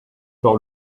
par